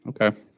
Okay